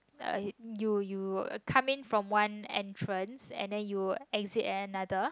uh you you come in from one entrance and then you'll exit at another